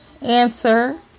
answer